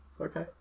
Okay